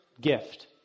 gift